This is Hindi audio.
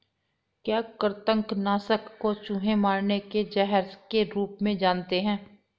क्या कृतंक नाशक को चूहे मारने के जहर के रूप में जानते हैं?